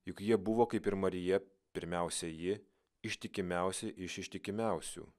juk jie buvo kaip ir marija pirmiausia ji ištikimiausi iš ištikimiausių